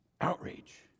outrage